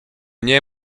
nie